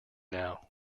now